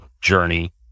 journey